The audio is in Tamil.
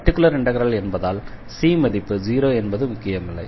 பர்டிகுலர் இண்டெக்ரல் என்பதால் C மதிப்பு 0 என்பது முக்கியமில்லை